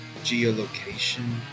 geolocation